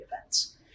events